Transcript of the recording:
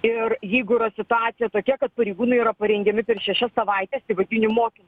ir jeigu yra situacija tokia kad pareigūnai yra parengiami per šešias savaites įvadinių mokymų